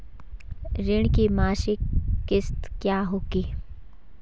ऋण की मासिक किश्त क्या होगी?